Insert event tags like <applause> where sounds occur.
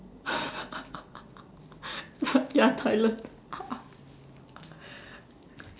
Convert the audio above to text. <laughs> ya tilione <laughs>